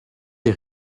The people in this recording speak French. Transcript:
des